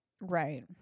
Right